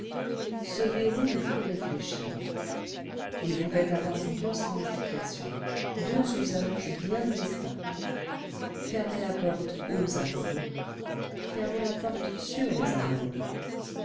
ce verrou le fit réfléchir il pouvait avoir deux significations deux usages bien distincts fermer la porte aux amoureux fermer la porte sur les amoureux